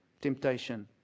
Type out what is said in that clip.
temptation